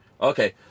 Okay